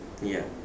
ya